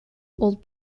old